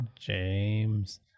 James